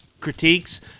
critiques